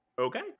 okay